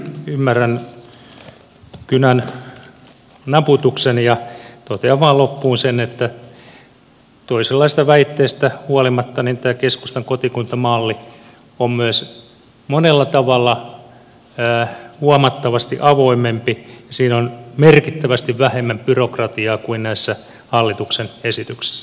ymmärrän kynän naputuksen ja totean vain loppuun sen että toisenlaisista väitteistä huolimatta tämä keskustan kotikuntamalli on myös monella tavalla huomattavasti avoimempi ja siinä on merkittävästi vähemmän byrokratiaa kuin näissä hallituksen esityksissä